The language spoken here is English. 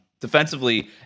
Defensively